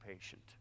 patient